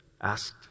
asked